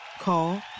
Call